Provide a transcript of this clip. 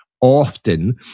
often